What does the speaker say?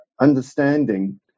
understanding